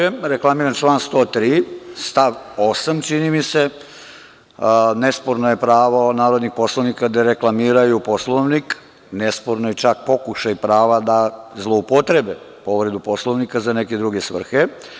Reklamiram član 103. stav 8, čini mi se, ne sporno je pravo narodnih poslovnika gde reklamiraju Poslovnik, ne sporno je čak pokušaj prava da zloupotrebe povredu Poslovnika za neke druge svrhe.